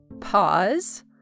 pause